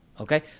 okay